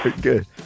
Good